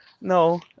No